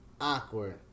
awkward